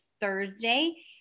Thursday